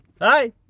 Hi